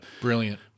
brilliant